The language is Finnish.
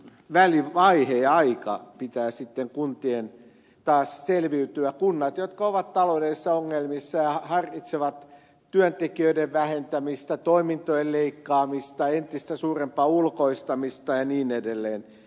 tästä välivaiheesta ja väliajasta pitää kuntien taas selviytyä kuntien jotka ovat taloudellisissa ongelmissa ja harkitsevat työntekijöidensä vähentämistä toimintojensa leikkaamista entistä suurempaa ulkoistamista ja niin edelleen